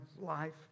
life